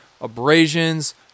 abrasions